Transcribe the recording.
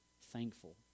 thankful